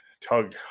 tug